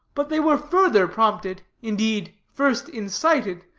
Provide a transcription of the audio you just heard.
but they were further prompted, indeed, first incited,